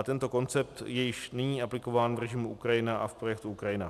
Tento koncept je již nyní aplikován v režimu Ukrajina a v projektu Ukrajina.